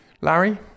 Larry